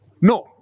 no